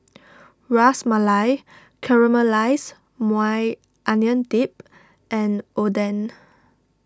Ras Malai Caramelized Maui Onion Dip and Oden